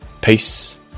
Peace